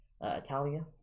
Italia